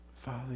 Father